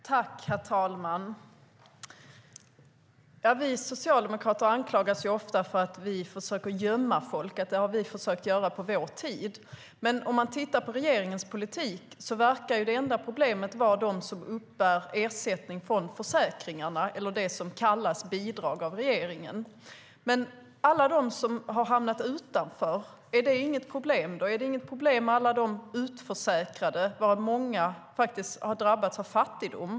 Herr talman! Vi socialdemokrater anklagas ofta för att ha försökt gömma folk på vår tid. Men om man tittar på regeringens politik verkar det enda problemet vara de som uppbär ersättning från försäkringarna, som regeringen kallar bidrag. Men är det då inget problem med alla dem som hamnat utanför? Är det inget problem med alla utförsäkrade, varav många drabbats av fattigdom?